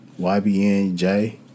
YBNJ